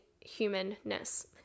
humanness